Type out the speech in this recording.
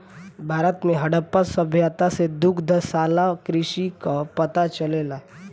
भारत में हड़प्पा सभ्यता से दुग्धशाला कृषि कअ पता चलेला